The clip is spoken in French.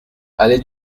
allées